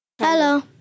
Hello